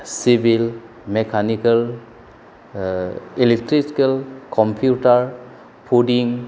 civil mechanical electrical computer फुदिं